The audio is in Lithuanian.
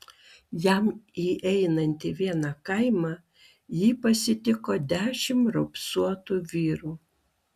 jam įeinant į vieną kaimą jį pasitiko dešimt raupsuotų vyrų